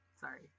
Sorry